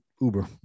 Uber